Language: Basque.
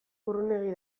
urrunegi